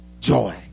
joy